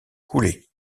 coulé